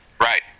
Right